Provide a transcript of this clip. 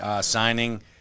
signing